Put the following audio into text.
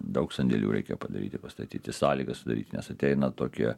daug sandėlių reikia padaryti pastatyti sąlygas sudaryti nes ateina tokie